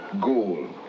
goal